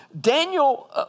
Daniel